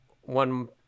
one